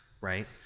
right